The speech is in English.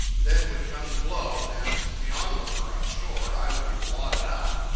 then would come the blow, and to the onlooker on shore i would be blotted out.